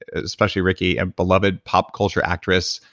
especially ricki, a beloved pop culture actress,